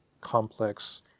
complex